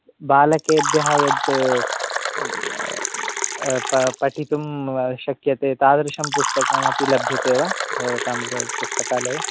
बालकेभ्यः यद् पठितुं शक्यते तादृशं पुस्तकम् अपि लभ्यते वा भवतां पुस्तकालये